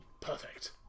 Perfect